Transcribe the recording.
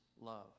love